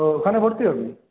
তো ওখানে ভর্তি হবি